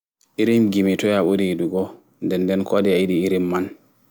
Irin gimi toy aɓuri yiɗugo nden nden kowaɗi ayiɗi irin man